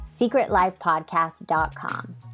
secretlifepodcast.com